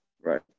Right